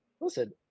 listen